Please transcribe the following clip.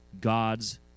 God's